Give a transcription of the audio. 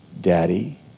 daddy